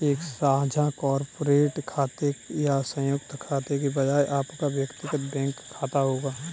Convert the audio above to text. एक साझा कॉर्पोरेट खाते या संयुक्त खाते के बजाय आपका व्यक्तिगत बैंकिंग खाता होगा